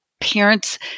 parents